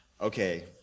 Okay